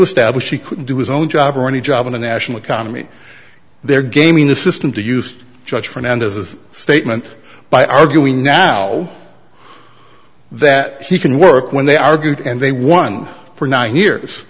establish he couldn't do his own job or any job in the national economy there gaming the system to use judge fernandez as a statement by arguing now that he can work when they argued and they won for nine years